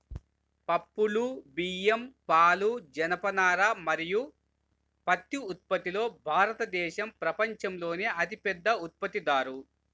పప్పులు, బియ్యం, పాలు, జనపనార మరియు పత్తి ఉత్పత్తిలో భారతదేశం ప్రపంచంలోనే అతిపెద్ద ఉత్పత్తిదారు